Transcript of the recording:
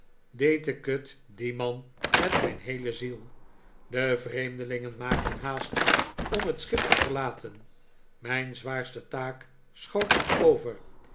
deed ik het dien man met mijn heele ziel de vreemdelingen maakten haast om het schip te verlaten mijn zwaarste taak schoot nog over